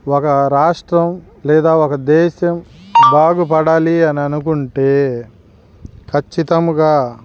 ఒక రాష్ట్రం లేదా ఒక దేశం బాగుపడాలి అని అనుకుంటే ఖచ్చితముగా